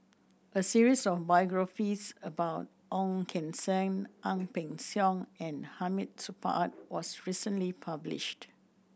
a series of biographies about Ong Keng Sen Ang Peng Siong and Hamid Supaat was recently published